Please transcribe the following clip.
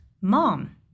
Mom